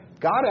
God